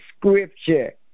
scripture